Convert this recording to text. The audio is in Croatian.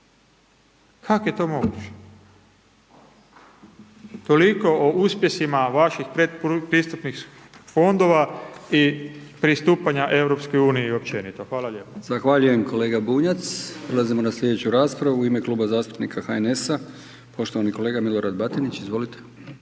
kak je to moguće? Toliko o uspjesima vaših predpristupnih fondova i pristupanja EU općenito. Hvala lijepo.